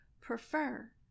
prefer